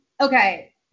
okay